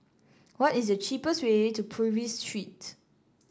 what is the cheapest way to Purvis Street